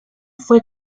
fue